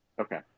okay